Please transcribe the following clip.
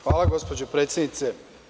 Hvala gospođo predsednice.